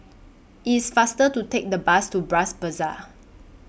IT IS faster to Take The Bus to Bras Basah